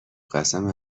قسم